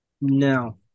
No